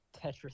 Tetris